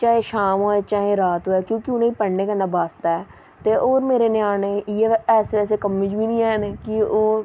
चाहे शाम होऐ चाहे रात होऐ क्योंकि उ'नें ई पढ़ने कन्नै बास्ता ऐ ते होर मेरे ञ्यानें इ'यै ऐसे वैसे कम्में च बी निं हैन कि ओह्